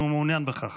אם הוא מעוניין בכך.